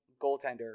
goaltender